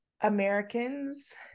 Americans